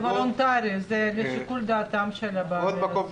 זה וולונטרי, זה לשיקול דעתם של בעלי העסקים.